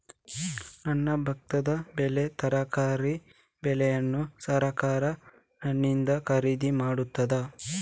ನನ್ನ ಭತ್ತದ ಬೆಳೆ, ತರಕಾರಿ ಬೆಳೆಯನ್ನು ಸರಕಾರ ನನ್ನಿಂದ ಖರೀದಿ ಮಾಡುತ್ತದಾ?